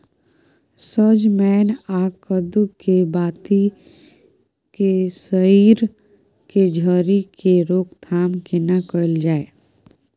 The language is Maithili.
सजमैन आ कद्दू के बाती के सईर के झरि के रोकथाम केना कैल जाय?